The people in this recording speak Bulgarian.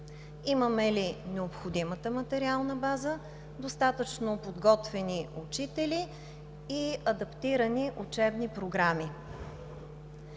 Имаме ли необходимата материална база, достатъчно подготвени учители и адаптирани учебни програми?